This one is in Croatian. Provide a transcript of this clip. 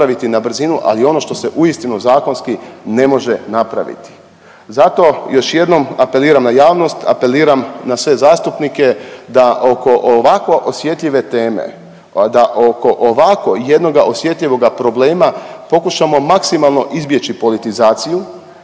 na brzinu, ali i ono što se uistinu zakonski ne može napraviti. Zato još jednom apeliram na javnost, apeliram na sve zastupnike da oko ovako osjetljive teme, da oko ovako jednoga osjetljivoga problema pokušamo maksimalno izbjeći politizaciju,